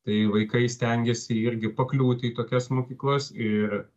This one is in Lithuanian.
tai vaikai stengiasi irgi pakliūti į tokias mokyklas ir